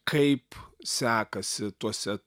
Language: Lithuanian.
kaip sekasi tuose